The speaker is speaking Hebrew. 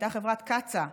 הייתה חברת קצא"א,